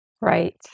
Right